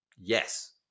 Yes